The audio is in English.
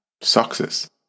success